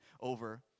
over